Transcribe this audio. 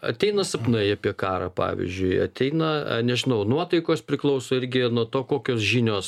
ateina sapnai apie karą pavyzdžiui ateina nežinau nuotaikos priklauso irgi nuo to kokios žinios